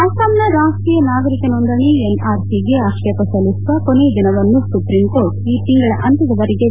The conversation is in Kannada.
ಅಸ್ಪಾಂನ ರಾಷ್ಟ್ರೀಯ ನಾಗರೀಕ ನೋಂದಣಿ ಎನ್ ಆರ್ ಸಿ ಗೆ ಆಕ್ಷೇಪ ಸಲ್ಲಿಸುವ ಕೊನೆ ದಿನವನ್ನು ಸುಪ್ರೀಂಕೋರ್ಟ್ ಈ ತಿಂಗಳಾಂತ್ಯದವರೆಗೆ ವಿಸ್ತರಿ ಸಿದೆ